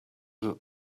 that